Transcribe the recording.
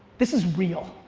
this is real.